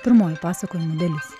pirmoji pasakojimų dalis